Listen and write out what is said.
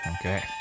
okay